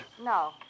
no